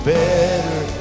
better